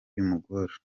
bimugora